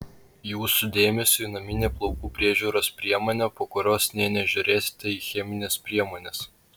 jūsų dėmesiui naminė plaukų priežiūros priemonė po kurios nė nežiūrėsite į chemines priemones